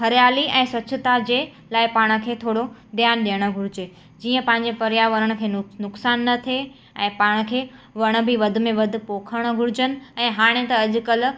हरियाली ऐं स्वछता जे लाइ पाण खे थोरो ध्यानु ॾियण घुरिजे जीअं पंहिंजे पर्यावरण खे नुक नुकसानु न थिए ऐं पाण खे वण बि वध में वधि पोखणु घुरिजिन ऐं हाणे त अॼकल्ह